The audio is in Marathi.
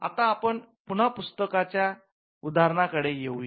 आता आपण पुन्हा पुस्तक या उदाहरणात कडे येऊ या